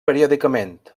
periòdicament